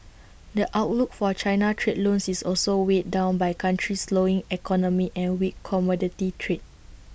the outlook for China trade loans is also weighed down by the country's slowing economy and weak commodity trade